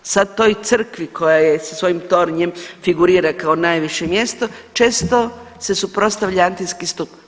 Sad toj crkvi koja je sa svojim tornjem figurira kao najviše mjesto često se suprotstavlja antenski stup.